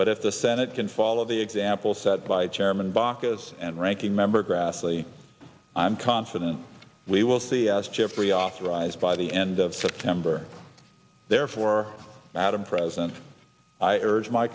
but if the senate can follow the example set by chairman baucus and ranking member grassley i'm confident we will see as jeffrey authorized by the end of september therefore adam president i urge my